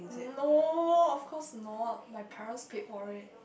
no of course not my parents pay for it